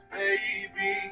baby